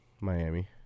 Miami